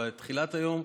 בתחילת היום.